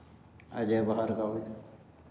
Ajay Bhargava